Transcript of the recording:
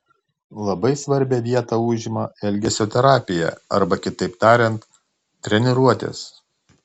labai svarbią vietą užima elgesio terapija arba kitaip tariant treniruotės